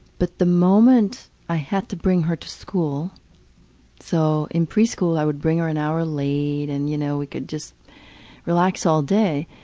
but the moment that i had to bring her to school so in preschool i would bring her an hour late, and, you know, we could just relax all day.